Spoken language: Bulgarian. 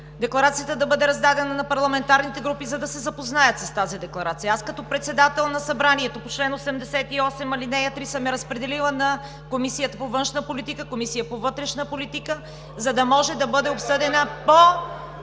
декларацията да бъде раздадена на парламентарните групи, за да се запознаят с тази декларация. Аз, като председател на Събранието, по чл. 88, ал. 3 съм я разпределила на Комисията по външна политика, на Комисията по вътрешна политика, за да може да бъде обсъдена по